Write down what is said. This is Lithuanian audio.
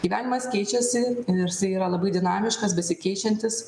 gyvenimas keičiasi ir yra labai dinamiškas besikeičiantis